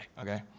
Okay